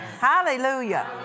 Hallelujah